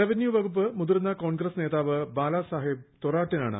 revenue വകുപ്പ് മുതി്ർന്ന കോൺഗ്രസ്സ് നേതാവ് ബാലാസാഹെബ് തൊറാട്ടിനാണ്